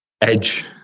edge